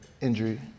injury